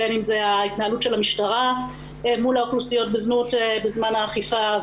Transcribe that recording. בין אם זו ההתנהלות של המשטרה מול האוכלוסיות בזנות בזמן האכיפה,